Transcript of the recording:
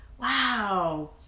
wow